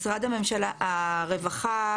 משרד הממשלה הרווחה,